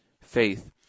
faith